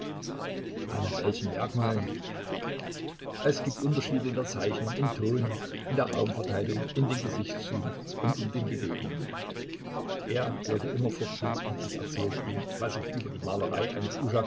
an welchen merkmalen es gibt unterschiede in der zeichnung im ton in der raumverteilung in den gesichtszügen und in den bewegungen er hörte immerfort zu und ich erzählte ihm was ich über die malerei eines